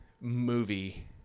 movie